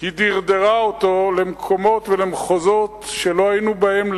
היא דרדרה אותם למקומות ולמחוזות שלא היינו בהם,